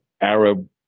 arab